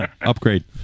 Upgrade